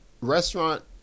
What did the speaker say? restaurant